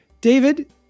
david